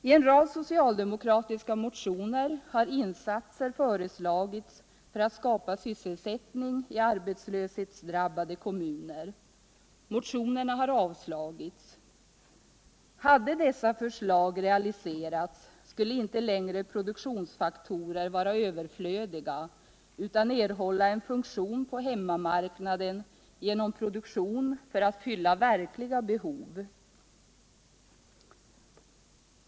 I en rad socialdemokratiska motioner har insatser föreslagits för att skapa sysselsättning i arbetslöshetsdrabbade kommuner. Motionerna har avstyrkts. Hade dessa förslag realiserats skulle inte längre produktionsfaktorer vara överflödiga utan erhålla en funktion på hemmamarknaden genom produktion för att fylla verkliga behov.